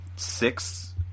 Six